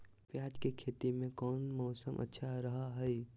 प्याज के खेती में कौन मौसम अच्छा रहा हय?